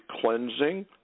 cleansing